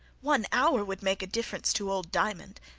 one hour would make a difference to old diamond.